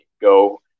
Go